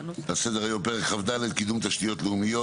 על סדר היום פרק כ"ד (קידום תשתיות לאומיות),